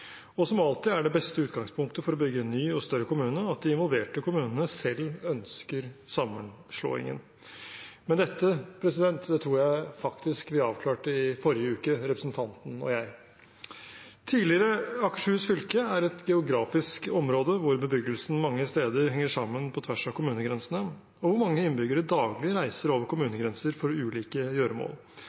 og som alltid er det beste utgangspunktet for å bygge en ny og større kommune at de involverte kommunene selv ønsker sammenslåingen. Men dette tror jeg vi faktisk avklarte i forrige uke, representanten og jeg. Tidligere Akershus fylke er et geografisk område hvor bebyggelsen mange steder henger sammen på tvers av kommunegrensene, og hvor mange innbyggere daglig reiser over kommunegrenser for ulike gjøremål.